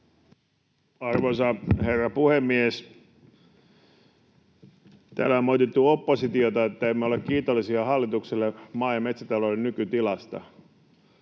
Arvoisa herra puhemies! Täällä on moitittu oppositiota, että emme ole kiitollisia hallitukselle maa- ja metsätalouden nykytilasta.